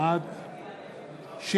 בעד שלי יחימוביץ,